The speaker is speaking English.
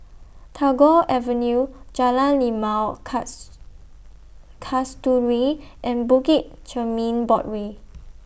Tagore Avenue Jalan Limau Cast Kasturi and Bukit Chermin Boardwalk